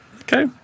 Okay